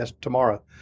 tomorrow